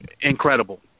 incredible